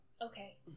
okay